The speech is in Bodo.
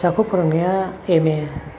फिसाखौ फोरोंनाया एम ए